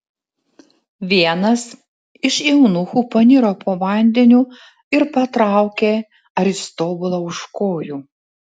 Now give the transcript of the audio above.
vienas iš eunuchų paniro po vandeniu ir patraukė aristobulą už kojų